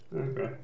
Okay